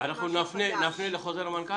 ברור.